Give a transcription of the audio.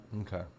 okay